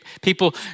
people